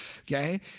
okay